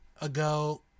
ago